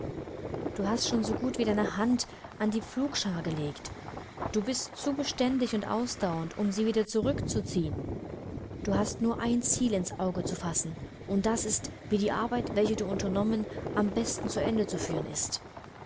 du hast schon so gut wie deine hand an die pflugschar gelegt du bist zu beständig und ausdauernd um sie wieder zurückzuziehen du hast nur ein ziel ins auge zu fassen und das ist wie die arbeit welche du unternommen am besten zu ende zu führen ist